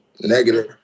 negative